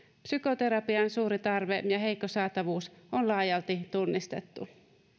psykoterapian suuri tarve ja heikko saatavuus on laajalti tunnistettu